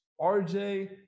RJ